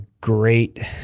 great